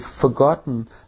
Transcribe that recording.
forgotten